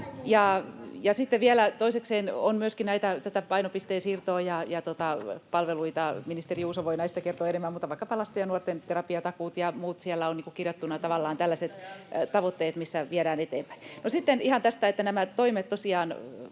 Ja sitten vielä toisekseen on myöskin tätä painopisteen siirtoa ja palveluita. Ministeri Juuso voi näistä kertoa enemmän. Mutta vaikkapa lasten ja nuorten terapiatakuut ja muut siellä ovat kirjattuina, [Antti Kurvinen: Entäs rokotteet?] tavallaan tällaiset tavoitteet, mitä viedään eteenpäin. No sitten ihan tästä, että nämä toimet tosiaan